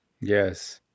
yes